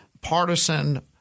partisan